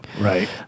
Right